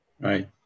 right